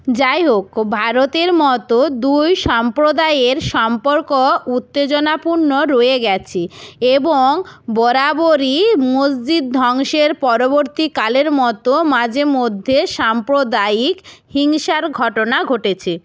যাই হোক ভারতের মতো দুই সম্প্রদায়ের সম্পর্ক উত্তেজনাপূর্ণ রয়ে গেছে এবং বরাবরই মসজিদ ধ্বংসের পরবর্তীকালের মতো মাঝেমধ্যে সাম্প্রদায়িক হিংসার ঘটনা ঘটেছে